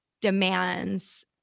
demands